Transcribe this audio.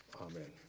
Amen